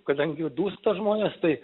kadangi dūsta žmonės tai